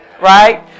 Right